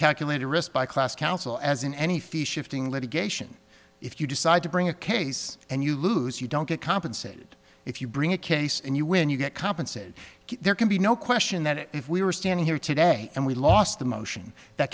calculated risk by class counsel as in any fee shifting litigation if you decide to bring a case and you lose you don't get compensated if you bring a case and you win you get compensated there can be no question that if we were standing here today and we lost the motion that